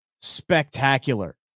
spectacular